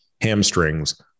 hamstrings